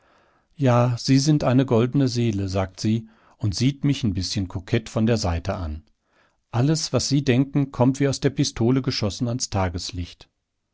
ja sie sind eine goldene seele sagt sie und sieht mich'n bißchen kokett von der seite an alles was sie denken kommt wie aus der pistole geschossen ans tageslicht